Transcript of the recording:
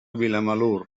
vilamalur